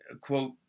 quote